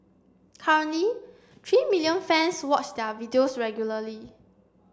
currently three million fans watch their videos regularly